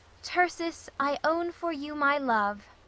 tircis, i own for you my love.